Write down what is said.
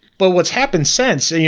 but what's happen since, and